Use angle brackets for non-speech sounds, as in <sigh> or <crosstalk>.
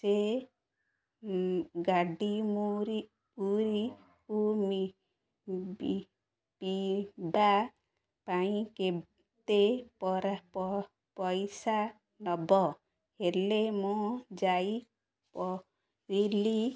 ସେ ଗାଡ଼ି ମୁରି ମୁନି ପୀବା <unintelligible> ପାଇଁ କେତେ ପର ପଇସା ନବ ହେଲେ ମୁଁ ଯାଇ ପ ପିଲି